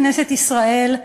כנסת ישראל,